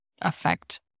affect